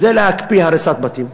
להקפיא הריסת בתים,